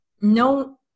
no